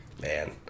man